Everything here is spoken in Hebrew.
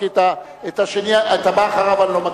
את הבא אחריו אני לא מכיר.